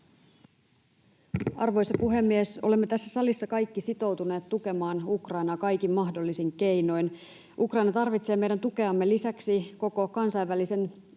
Arvoisa puhemies! Olemme tässä salissa kaikki sitoutuneet tukemaan Ukrainaa kaikin mahdollisin keinoin. Ukraina tarvitsee meidän tukeamme lisäksi koko kansainvälisen